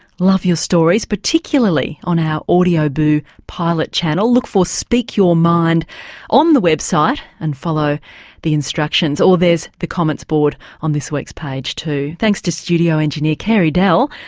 love your stories, particularly on our audioboo pilot channel, look for speak your mind on the website and follow the instructions. or there's the comments board on this week's page too. thanks to studio engineer carey dell,